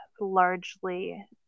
largely